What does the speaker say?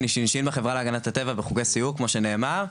אני ש"ש בחברה להגנת הטבע בחוגי סיור כמו שנאמר,